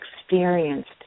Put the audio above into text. experienced